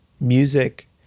music